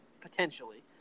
potentially